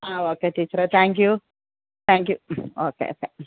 ആ ഓക്കെ ടീച്ചറേ thank you thank you hmm okay okay മ്മ്